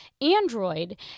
Android